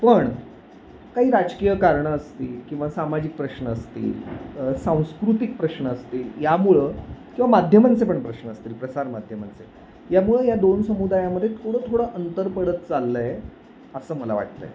पण काही राजकीय कारणं असतील किंवा सामाजिक प्रश्न असतील सांस्कृतिक प्रश्न असतील यामुळं किंवा माध्यमांचे पण प्रश्न असतील प्रसारमाध्यमांचे यामुळं या दोन समुदायामध्ये थोडं थोडं अंतर पडत चाललं आहे असं मला वाटत आहे